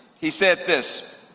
he said this.